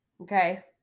Okay